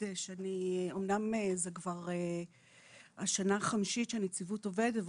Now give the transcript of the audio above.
אמנם זה כבר השנה החמישית שנציבות עובדת,